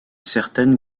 certaines